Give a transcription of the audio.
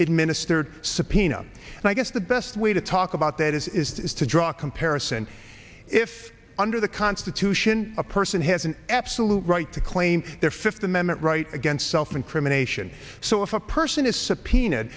it minister subpoena and i guess the best way to talk about that is is to draw a comparison if under the constitution a person has an absolute right to claim their fifth amendment right against self incrimination so if a person is subpoenaed